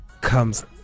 comes